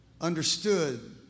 understood